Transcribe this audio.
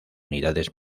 unidades